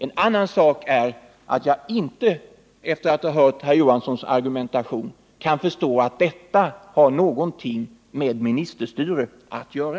En annan sak är att jag inte — efter att ha hört herr Johanssons argumentation — kan förstå att detta har någonting med ministerstyre att göra.